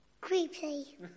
Creepy